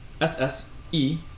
S-S-E